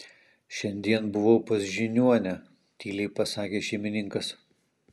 šiandien buvau pas žiniuonę tyliai pasakė šeimininkas